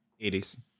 80s